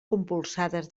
compulsades